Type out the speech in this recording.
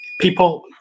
people